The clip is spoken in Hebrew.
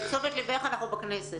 לתשומת ליבך אנחנו בכנסת.